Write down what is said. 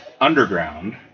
underground